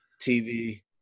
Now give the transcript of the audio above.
TV